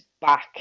back